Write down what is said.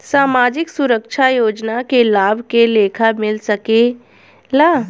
सामाजिक सुरक्षा योजना के लाभ के लेखा मिल सके ला?